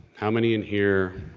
how many in here